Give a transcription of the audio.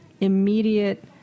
immediate